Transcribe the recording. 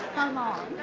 come on.